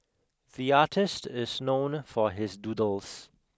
the artist is known for his doodles